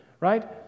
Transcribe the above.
right